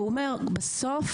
הוא אומר: בסוף,